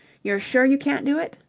you're sure you can't do it?